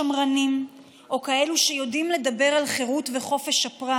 שמרנים או כאלה שיודעים לדבר על חירות וחופש הפרט,